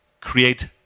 create